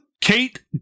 Kate